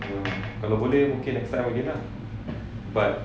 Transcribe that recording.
kalau boleh mungkin next time again lah but